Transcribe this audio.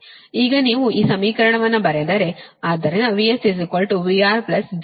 ಈಗ ನೀವು ಈ ಸಮೀಕರಣವನ್ನು ಬರೆದರೆ ಆದ್ದರಿಂದ VS VR Z IR ಮತ್ತುIS IR